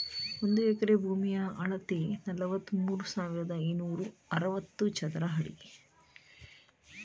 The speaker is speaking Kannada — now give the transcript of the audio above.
ಒಂದು ಎಕರೆ ಭೂಮಿಯ ಅಳತೆ ನಲವತ್ಮೂರು ಸಾವಿರದ ಐನೂರ ಅರವತ್ತು ಚದರ ಅಡಿ